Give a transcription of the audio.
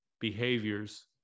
behaviors